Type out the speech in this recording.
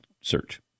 search